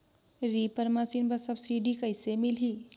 Reaper machine बर subsidy कइसे मिलही?